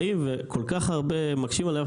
באים וכל כך הרבה מקשים עליך.